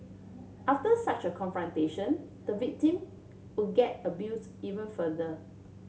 after such a confrontation the victim would get abused even further